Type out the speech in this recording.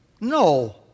No